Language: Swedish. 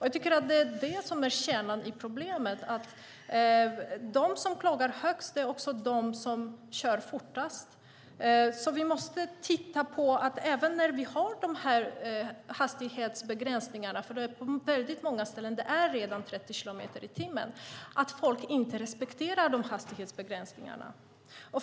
Jag tycker att det är det som är kärnan i problemet. De som klagar högst är också de som kör fortast. Vi måste titta på att även när vi har hastighetsbegränsningar - på många ställen är det redan 30 kilometer i timmen - finns det människor som inte respekterar dem.